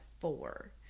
four